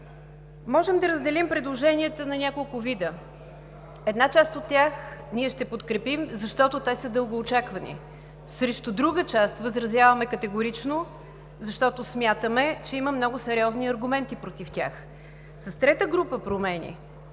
Можем да разделим предложенията на няколко вида. Една част от тях ние ще подкрепим, защото те са дългоочаквани. Срещу друга част възразяваме категорично, защото смятаме, че има много сериозни аргументи против тях. С трета група промени